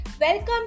welcome